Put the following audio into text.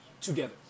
together